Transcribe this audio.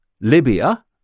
Libya